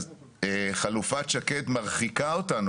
אז חלופת שקד מרחיקה אותנו.